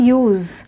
use